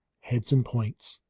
heads and points,